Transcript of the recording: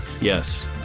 yes